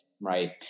Right